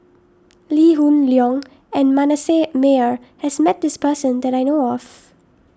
Lee Hoon Leong and Manasseh Meyer has met this person that I know of